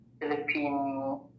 Philippine